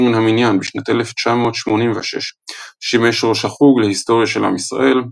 מן המניין בשנת 1986. שימש ראש החוג להיסטוריה של עם ישראל.